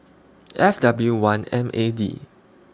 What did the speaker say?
F W one M A D